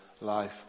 life